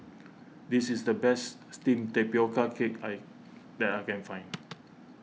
this is the best Steamed Tapioca Cake I that I can find